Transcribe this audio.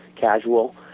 casual